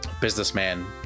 businessman